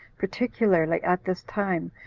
particularly at this time,